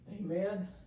Amen